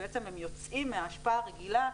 בעצם הם יוצאים מהאשפה הרגילה.